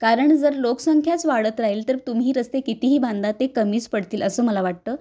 कारण जर लोकसंख्याच वाढत राहील तर तुम्ही रस्ते कितीही बांधा ते कमीच पडतील असं मला वाटतं